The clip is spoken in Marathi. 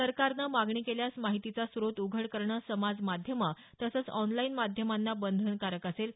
सरकारनं मागणी केल्यास माहितीचा स्रोत उघड करणं समाज माध्यमं तसंच ऑनलाईन माध्यमांना बंधनकारक असेल